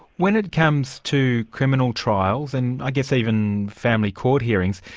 when it comes to criminal trials, and i guess even family court hearings,